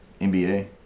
NBA